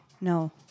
No